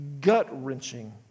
gut-wrenching